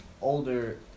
older